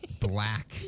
black